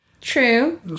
True